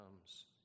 comes